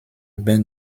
urbain